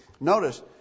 Notice